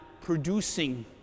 producing